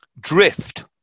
drift